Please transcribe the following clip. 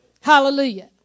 Hallelujah